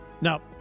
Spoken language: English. Now